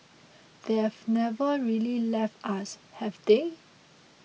they have never really left us have they